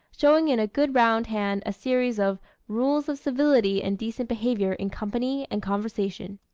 showing in a good round hand a series of rules of civility and decent behavior in company and conversation.